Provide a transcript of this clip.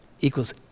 equals